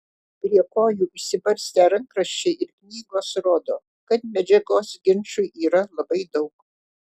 prie jų kojų išsibarstę rankraščiai ir knygos rodo kad medžiagos ginčui yra labai daug